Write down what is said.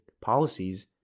policies